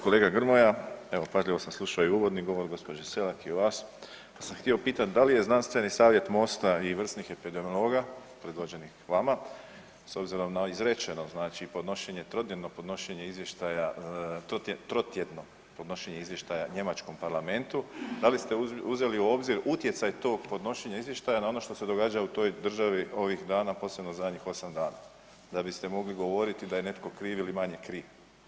Kolega Grmoja, evo pažljivo sam slušao i uvodni govor gospođe Selak i vas, pa sam htio pitati da li je znanstveni savjet MOST-a i vrsnih epidemiologa predvođenih vama s obzirom na izrečeno, znači podnošenje trodnevno podnošenje izvještaja, trotjedno podnošenje izvještaja njemačkom parlamentu da li ste uzeli u obzir utjecaj tog podnošenja izvještaja na ono što se događa u toj državi ovih dana posebno zadnjih 8 dana da biste mogli govoriti da je netko kriv ili manje kriv.